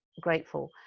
grateful